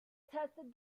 tested